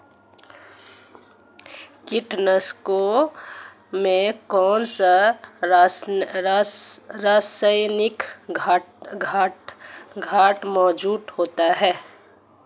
कीटनाशकों में कौनसे रासायनिक घटक मौजूद होते हैं?